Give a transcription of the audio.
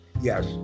Yes